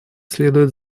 следует